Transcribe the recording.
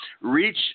reach